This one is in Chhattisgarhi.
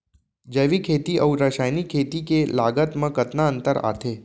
जैविक खेती अऊ रसायनिक खेती के लागत मा कतना अंतर आथे?